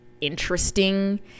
interesting